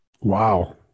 Wow